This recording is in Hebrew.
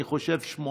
אני חושב שמונה,